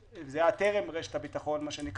וזה היה טרם רשת הביטחון,